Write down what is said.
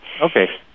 Okay